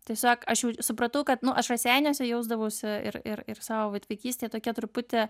tiesiog aš jau supratau kad nu aš raseiniuose jausdavausi ir ir savo vat vaikystėje tokia truputį